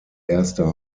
erste